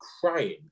crying